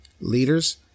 leaders